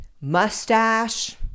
mustache